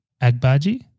Agbaji